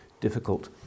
difficult